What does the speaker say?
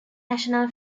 national